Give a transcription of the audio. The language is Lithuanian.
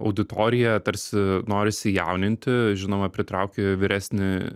auditoriją tarsi norisi jauninti žinoma pritrauki vyresnį